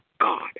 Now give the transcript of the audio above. God